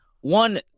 one